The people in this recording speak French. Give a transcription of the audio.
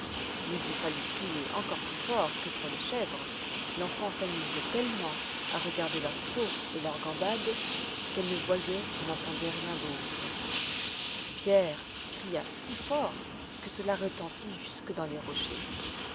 mais il fallut crier encore plus fort que pour les chèvres l'enfant s'amusait tellement à regarder leurs sauts et leurs gambades qu'elle ne voyait et n'entendait rien d'autre pierre cria si fort que cela retentit jusque dans les rochers